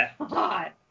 hot